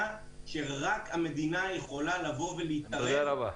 אדוני, שרק המדינה יכולה להתערב --- תודה רבה.